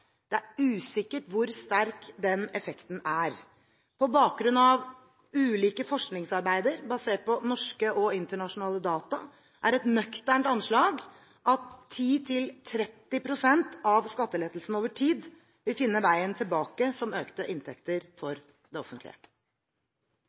Det er usikkert hvor sterk denne effekten er. På bakgrunn av ulike forskningsarbeider basert på norske og internasjonale data er et nøkternt anslag at 10–30 pst. av skattelettelsen over tid vil finne veien tilbake som økte inntekter for